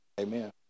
Amen